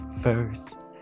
first